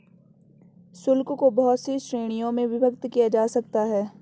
शुल्क को बहुत सी श्रीणियों में विभक्त किया जा सकता है